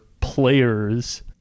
players